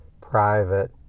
private